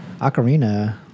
Ocarina